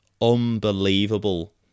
unbelievable